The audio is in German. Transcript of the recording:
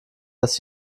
dass